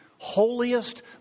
holiest